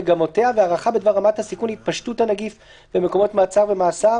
מגמותיה והערכה בדבר רמת הסיכון להתפשטות הנגיף במקומות מעצר ומאסר